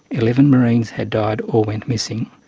eleven marines had died or went missing,